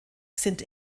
sind